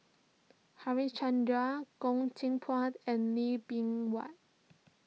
Harichandra Goh Teck Phuan and Lee Bee Wah